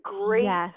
great